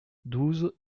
douze